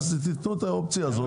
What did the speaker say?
אז תתנו את האופציה הזאת.